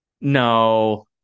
No